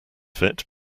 fit